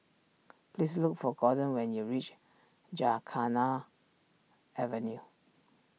please look for Gordon when you reach Gymkhana Avenue